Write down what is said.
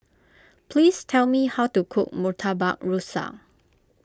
please tell me how to cook Murtabak Rusa